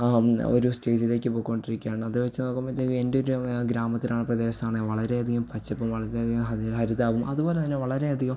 ആ ഒരു സ്റ്റേജിലേക്ക് പോയിക്കോണ്ടിരിക്കുവാണത് വെച്ച് നോക്കുമ്പോഴത്തേക്കും എൻ്റെ ഗ്രാമ ഗ്രാമത്തിലാ പ്രദേശമാണെങ്കിൽ വളരെ അധികം പച്ചപ്പും വളരെ അധികം ഹരി ഹരിതാഭയും അതുപോലെ തന്നെ വളരെ അധികം